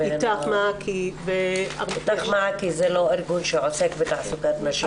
איתך-מעכי ו --- איתך-מעכי זה לא ארגון שעוסק בתעסוקת נשים,